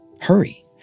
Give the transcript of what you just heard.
Hurry